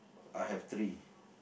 I have three